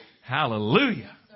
Hallelujah